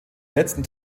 letzten